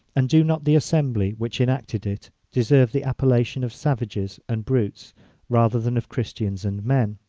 and do not the assembly which enacted it deserve the appellation of savages and brutes rather than of christians and men?